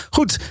Goed